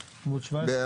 17,